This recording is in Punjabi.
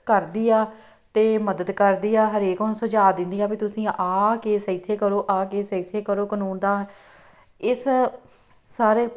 ਕਰਦੀ ਆ ਅਤੇ ਮਦਦ ਕਰਦੀ ਆ ਹਰੇਕ ਨੂੰ ਸੁਝਾਅ ਦਿੰਦੀ ਆ ਵੀ ਤੁਸੀਂ ਆਹ ਕੇਸ ਇੱਥੇ ਕਰੋ ਆਹ ਕੇਸ ਇੱਥੇ ਕਰੋ ਕਾਨੂੰਨ ਦਾ ਇਸ ਸਾਰੇ